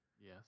Yes